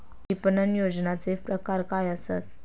विपणन नियोजनाचे प्रकार काय आसत?